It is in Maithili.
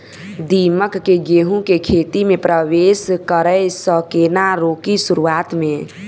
दीमक केँ गेंहूँ केँ खेती मे परवेश करै सँ केना रोकि शुरुआत में?